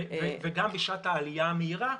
וגם בשעת העלייה המהירה.